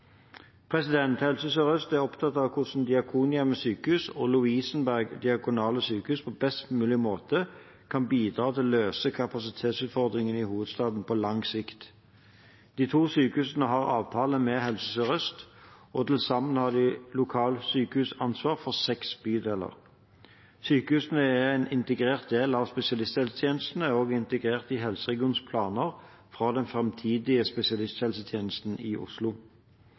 Helse Sør-Øst er opptatt av hvordan Diakonhjemmet Sykehus og Lovisenberg Diakonale Sykehus på best mulig måte kan bidra til å løse kapasitetsutfordringen i hovedstaden på lang sikt. De to sykehusene har avtaler med Helse Sør-Øst, og til sammen har de lokalsykehusansvar for seks bydeler. Sykehusene er en integrert del av spesialisthelsetjenesten og er også integrert i helseregionens planer for den framtidige spesialisthelsetjenesten i Oslo.